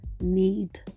need